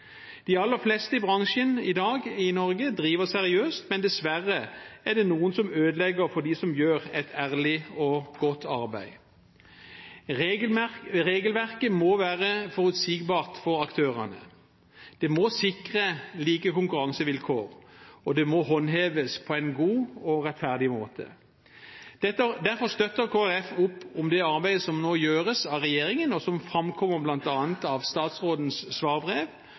De aller fleste i bransjen i Norge driver seriøst i dag, men det er dessverre noen som ødelegger for dem som gjør et ærlig og godt arbeid. Regelverket må være forutsigbart for aktørene. Det må sikre like konkurransevilkår, og det må håndheves på en god og rettferdig måte. Derfor støtter Kristelig Folkeparti opp om det arbeidet som nå gjøres av regjeringen, og som framkommer bl.a. av statsrådens svarbrev.